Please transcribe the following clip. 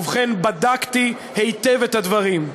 ובכן, בדקתי היטב את הדברים,